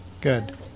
Good